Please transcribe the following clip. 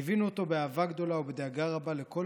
ליווינו אותו באהבה גדולה ובדאגה רבה לכל